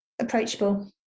approachable